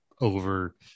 over